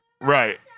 Right